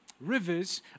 Rivers